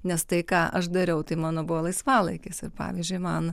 nes tai ką aš dariau tai mano buvo laisvalaikis ir pavyzdžiui man